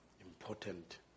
important